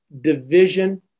division